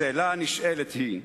השאלה הנשאלת היא,